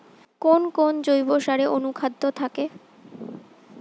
কোন কোন জৈব সারে অনুখাদ্য থাকে?